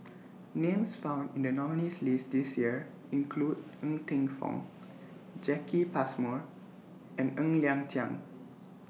Names found in The nominees' list This Year include Ng Teng Fong Jacki Passmore and Ng Liang Chiang